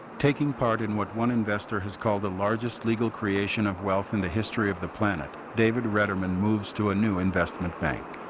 taking part in what one investor has called the largest legal creation of wealth in the history of the planet, david readerman moves to a new investment bank.